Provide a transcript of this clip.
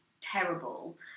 terrible